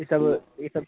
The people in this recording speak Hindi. ई सब ई सब